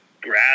grab